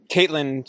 Caitlin